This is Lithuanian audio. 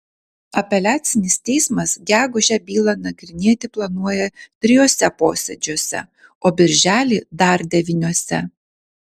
apeliacinis teismas gegužę bylą nagrinėti planuoja trijuose posėdžiuose o birželį dar devyniuose